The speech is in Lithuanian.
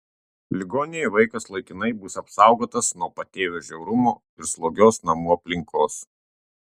ligoninėje vaikas laikinai bus apsaugotas nuo patėvio žiaurumo ir slogios namų aplinkos